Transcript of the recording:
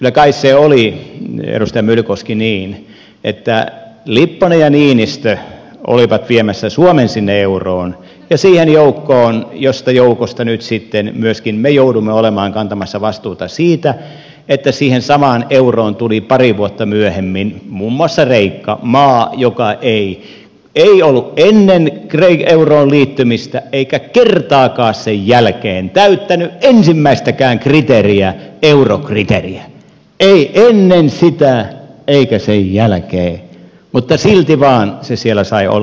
kyllä kai se oli edustaja myllykoski niin että lipponen ja niinistö olivat viemässä suomen sinne euroon ja siihen joukkoon josta joukosta nyt sitten myöskin me joudumme olemaan kantamassa vastuuta siitä että siihen samaan euroon tuli pari vuotta myöhemmin muun muassa kreikka maa joka ei ollut ennen euroon liittymistä eikä kertaakaan sen jälkeen täyttänyt ensimmäistäkään kriteeriä eurokriteeriä ei ennen sitä eikä sen jälkeen mutta silti vaan se siellä sai olla pollottaa